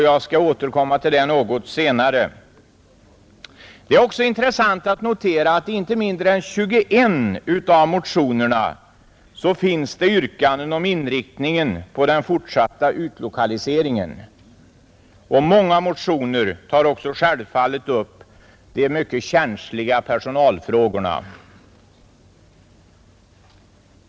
Jag skall återkomma till det något senare, Det är också intressant att notera att i inte mindre än 21 av motionerna finns yrkanden om inriktningen av den fortsatta utlokaliseringen, och många motioner tar också självfallet upp de mycket känsliga personalfrågorna,.